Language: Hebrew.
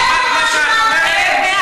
כן, אני מאשימה אתכם.